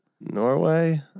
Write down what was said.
Norway